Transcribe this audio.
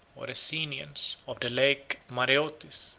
or essenians, of the lake mareotis,